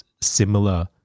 similar